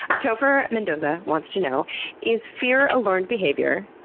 topher mendoza wants to know is fear a learned behavior?